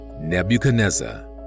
Nebuchadnezzar